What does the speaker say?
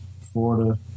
Florida